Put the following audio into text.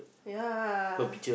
ya